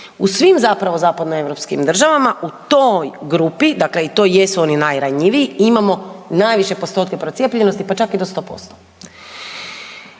U svim zapravo zapadnoeuropskim državama, u toj grupi, dakle i to jesu oni najranjiviji, imamo najviše postotke procijepljenosti pa čak i do 100%.